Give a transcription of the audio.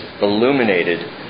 illuminated